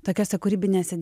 tokiose kūrybinėse